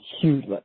huge